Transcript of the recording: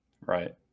Right